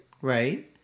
Right